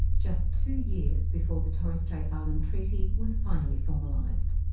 just two years before the torres strait island treaty was finally formalised.